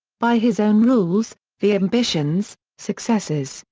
by his own rules the ambitions, successes,